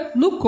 no